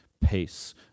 pace